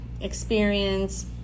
experience